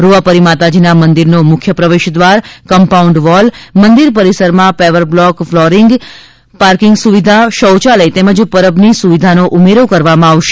રૂવાપરી માતાજીના મંદિરનો મુખ્ય પ્રવેશ દ્વાર કમ્પાઉન્ડ વોલ મંદિર પરિસરમાં પેવર બ્લોક ફલોરિંગ પાર્કિંગ સુવિધા શૌયાલય તેમજ પરબની સુવિધાનો ઉમેરો કરવામાં આવશે